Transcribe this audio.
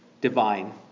divine